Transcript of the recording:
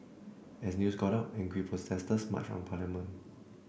as news got out angry protesters marched on parliament